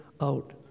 out